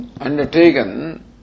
undertaken